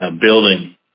building